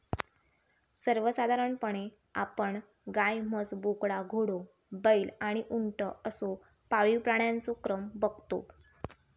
सर्वसाधारणपणे आपण गाय, म्हस, बोकडा, घोडो, बैल आणि उंट असो पाळीव प्राण्यांचो क्रम बगतो